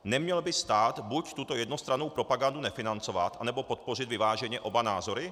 Neměl by stát buď tuto jednostrannou propagandu nefinancovat, anebo podpořit vyváženě oba názory?